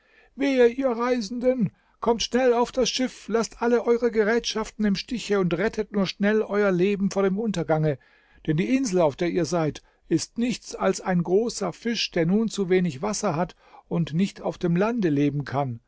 wehe ihr reisenden kommt schnell auf das schiff laßt alle eure gerätschaften im stiche und rettet nur schnell euer leben vor dem untergange denn die insel auf der ihr seid ist nichts als ein großer fisch der nun zu wenig wasser hat und nicht auf dem lande leben kann